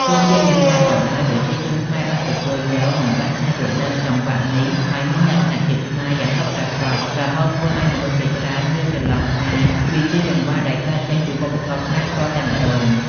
ទោះជាយ៉ាងណាក៏ដោយ ប្រជាជនខ្មែរបានទទួលយក និងបានច្នៃប្រឌិតចង្វាក់នេះឲ្យមានលក្ខណៈជាខ្មែរយ៉ាងពិតប្រាកដ រហូតធ្វើឲ្យមនុស្សជាច្រើនយល់ច្រឡំថាវាជាចង្វាក់ដែលកើតចេញពីវប្បធម៌ខ្មែរផ្ទាល់តែម្ដង។